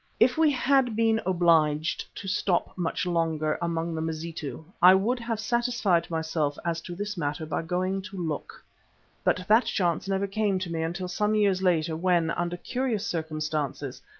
if we had been obliged to stop much longer among the mazitu, i would have satisfied myself as to this matter by going to look. but that chance never came to me until some years later when, under curious circumstances,